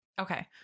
Okay